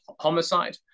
homicide